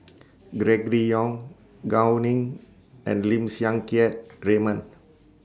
Gregory Yong Gao Ning and Lim Siang Keat Raymond